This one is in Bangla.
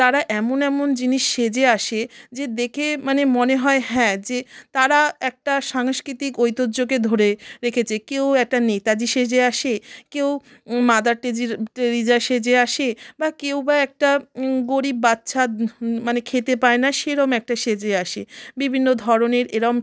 তারা এমন এমন জিনিস সেজে আসে যে দেখে মানে মনে হয় হ্যাঁ যে তারা একটা সাংস্কৃতিক ঐতহ্যকে ধরে রেখেছে কেউ একটা নেতাজি সেজে আসে কেউ মাদার টেরিজা সেজে আসে বা কেউ বা একটা গরিব বাচ্চা মানে খেতে পায় না সেরম একটা সেজে আসে বিভিন্ন ধরনের এরম